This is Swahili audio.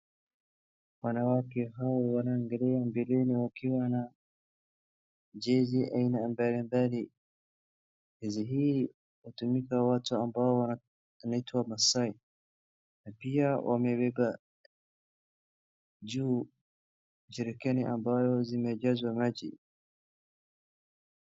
Wanawake hao wanaangalia mbeleni wakiwa na jezi aina mbalimbali. Jezi hii hutumika na watu ambao wanaitwa maasai na pia wamebeba juu jerikani ambao zimejazwa maji.